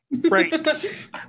Right